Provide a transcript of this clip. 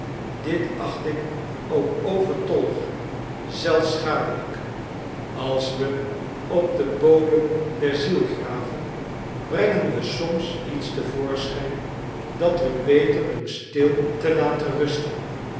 dit acht ik ook overtollig zelfs schadelijk als we op den bodem der ziel graven brengen we soms iets te voorschijn dat we beter doen stil te laten rusten